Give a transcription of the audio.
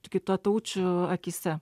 kitataučių akyse